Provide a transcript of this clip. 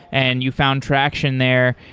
and you found traction there.